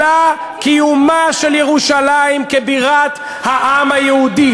אלא קיומה של ירושלים כבירת העם היהודי.